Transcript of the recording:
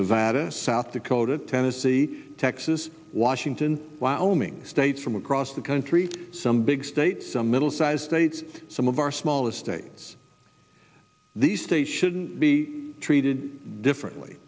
nevada south dakota tennessee texas washington wyoming states from across the country some big states some middle sized states some of our smallest states these states shouldn't be treated differently